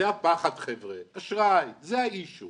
זה הפחד, חבר'ה אשראי, זה האישו